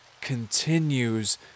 continues